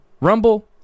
Rumble